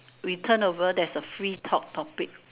we turn over there's a free talk topic